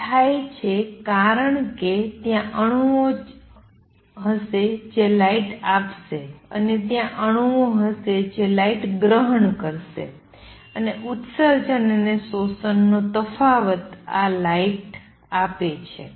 તે થાય છે કારણ કે ત્યાં અણુઓ હશે જે લાઇટ આપશે અને ત્યાં અણુઓ હશે જે લાઇટ ગ્રહણ કરશે અને ઉત્સર્જન અને શોષણનો તફાવત આ લાઇટ આપે છે